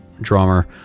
drummer